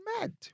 mad